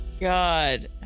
god